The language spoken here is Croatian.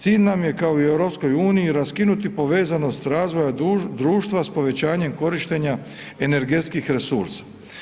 Cilj nam je kao i u EU raskinuti povezanost razvoja društva s povećanjem korištenja energetskih resursa.